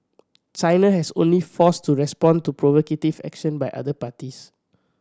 China has only forced to respond to provocative action by other parties